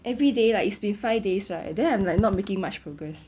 everyday like it's been five days right then I'm like not making much progress